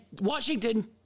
Washington